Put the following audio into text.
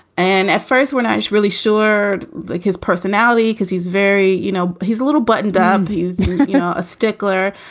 and at first we're not really sure like his personality because he's very you know, he's a little buttoned up. um he's you know a stickler,